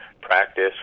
practice